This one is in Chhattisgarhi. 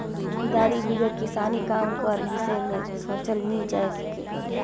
कुदारी बिगर किसानी काम कर बिसे मे सोचल नी जाए सके